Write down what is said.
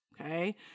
Okay